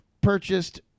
purchased